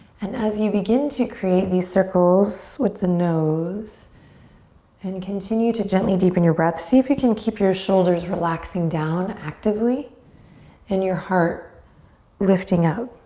and as you begin to create these circles with the nose and continue to gently deepen your breath, see if you can keep your shoulders relaxing down actively and your heart lifting out